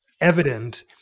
evident